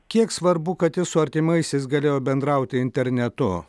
kiek svarbu kad jis su artimaisiais galėjo bendrauti internetu